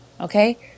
okay